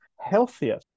Healthier